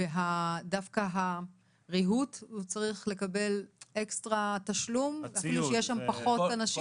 ודווקא הריהוט הוא צריך לקבל אקסטרה תשלום אפילו שיש שם פחות אנשים?